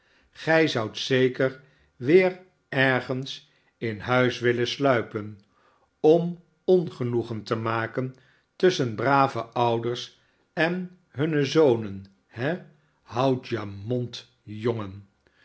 gij zoudt zeker weer ergens in huis willen sluipen om ongenoegen te maken tusschen brave ouders en hunne zonen he houd uw mond jongen